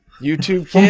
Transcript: YouTube